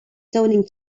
zoning